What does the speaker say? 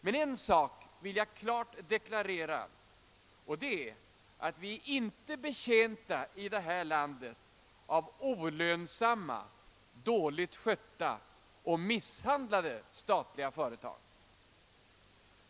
Men en sak vill jag klart deklarera, nämligen att vi i det här landet inte är betjänta av olönsamma, dåligt skötta och misshandlade statliga företag.